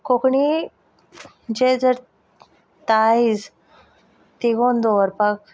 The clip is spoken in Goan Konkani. कोंकणी चें जर दायज तिगोवन दवरपाक